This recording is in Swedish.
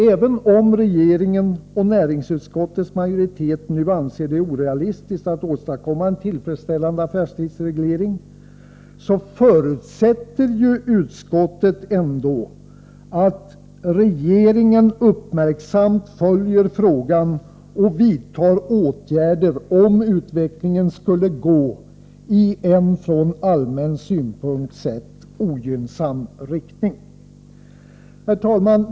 Även om regeringen och näringsutskottets majoritet nu anser det orealistiskt att åstadkomma en tillfredsställande affärstidsreglering, förutsätter ju utskottet ändå att regeringen uppmärksamt följer frågan och vidtar åtgärder, om utvecklingen skulle gå i en från allmän synpunkt sett ogynnsam riktning. Herr talman!